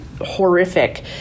horrific